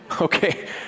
okay